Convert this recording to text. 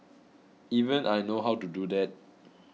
even I know how to do that